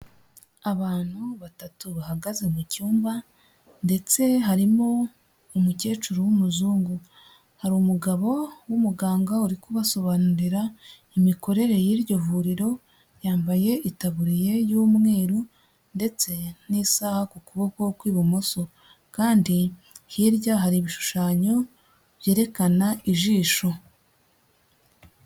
Abantu batatu bahagaze mu cyumba ndetse harimo umukecuru w'umuzungu, hari umugabo w'umuganga wari kubasobanurira imikorere y'iryo vuriro yambaye itaburiye y'umweru ndetse n'isaha ku kuboko kw'ibumoso kandi hirya hari ibishushanyo byerekana ijisho.